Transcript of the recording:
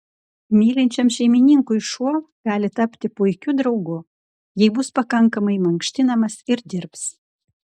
mylinčiam šeimininkui šuo gali tapti puikiu draugu jei bus pakankamai mankštinamas ir dirbs